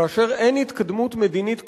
כאשר אין התקדמות מדינית כלשהי,